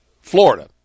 Florida